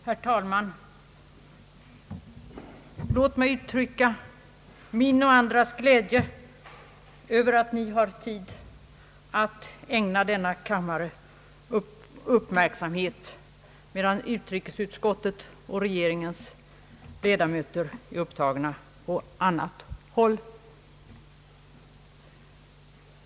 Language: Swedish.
Herr talman! Låt mig uttrycka min och andras glädje över att ni har tid att ägna denna kammares debatt uppmärksamhet, medan utrikesutskottets och regeringens ledamöter är upptagna på annat håll.